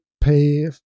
pay